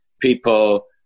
people